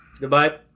Goodbye